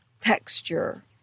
texture